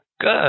Good